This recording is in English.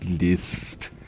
list